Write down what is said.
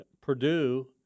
Purdue